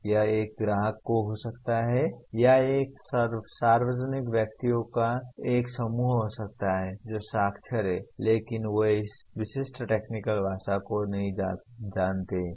यह एक ग्राहक हो सकता है या यह सार्वजनिक व्यक्तियों का एक समूह हो सकता है जो साक्षर हैं लेकिन वे इस विशिष्ट टेक्निकल भाषा को नहीं जानते हैं